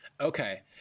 Okay